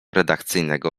redakcyjnego